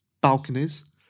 balconies